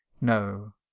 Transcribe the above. No